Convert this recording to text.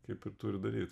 kaip ir turi daryt